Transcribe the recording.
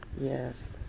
yes